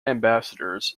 ambassadors